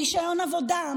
רישיון עבודה,